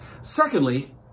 Secondly